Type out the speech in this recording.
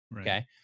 okay